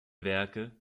werke